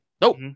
Nope